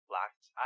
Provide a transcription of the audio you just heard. locked